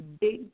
big